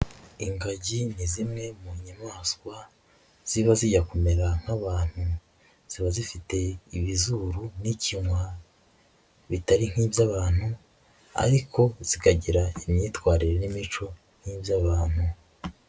Ingagi ni zimwe mu nyamaswa ziba zijya kumera nk'abantu, ziba zifite ibizuru n'ikinwa bitari nk'iby'abantu ariko zikagira imyitwarire n'imico nk'iby'abantu.